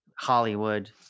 Hollywood